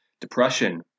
Depression